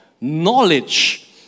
knowledge